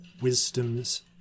wisdom's